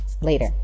Later